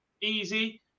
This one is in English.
easy